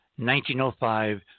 1905